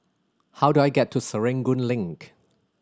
how do I get to Serangoon Link